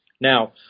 Now